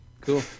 cool